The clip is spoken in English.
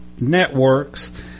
networks